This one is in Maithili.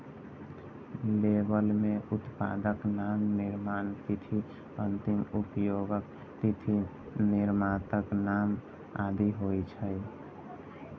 लेबल मे उत्पादक नाम, निर्माण तिथि, अंतिम उपयोगक तिथि, निर्माताक नाम आदि होइ छै